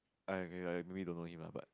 maybe don't know him lah but